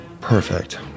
perfect